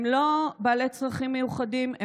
הם לא בעלי צרכים מיוחדים,